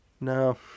no